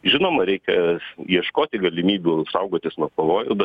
žinoma reikės ieškoti galimybių saugotis nuo pavojų be